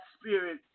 spirit